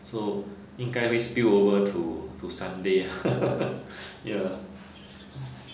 so 应该会 spill over to to sunday uh ya